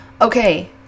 Okay